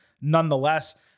nonetheless